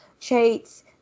traits